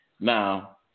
Now